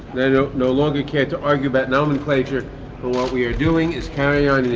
they no no longer care to argue about nolan plagiarist who what we are doing is carry on